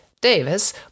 Davis